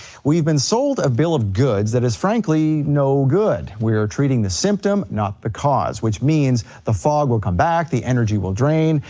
we've been sold a bill of goods that is, frankly, no good. we are treating the symptom, not the cause which means the fog will come back, the energy will drain,